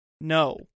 No